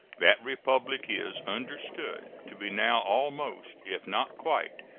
that republic is understood to be now almost, if not quite,